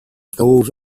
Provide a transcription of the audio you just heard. those